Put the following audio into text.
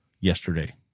yesterday